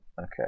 Okay